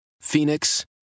Phoenix